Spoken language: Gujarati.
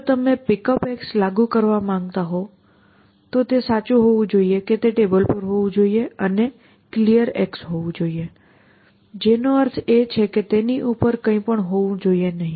જો તમે PickUp લાગુ કરવા માંગતા હો તો તે સાચું હોવું જોઈએ કે તે ટેબલ પર હોવું જોઈએ અને Clear હોવું જોઈએ જેનો અર્થ એ છે કે તેની ઉપર કંઈપણ હોવું જોઈએ નહીં